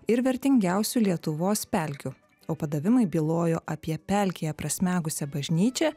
ir vertingiausių lietuvos pelkių o padavimai bylojo apie pelkėje prasmegusią bažnyčią